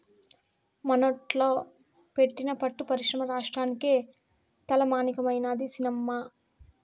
మనోట్ల పెట్టిన పట్టు పరిశ్రమ రాష్ట్రానికే తలమానికమైనాది సినమ్మా